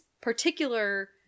particular